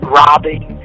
robbing